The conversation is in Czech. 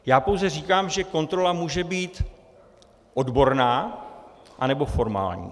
Já pouze říkám, že kontrola může být odborná, anebo formální.